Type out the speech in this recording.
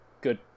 good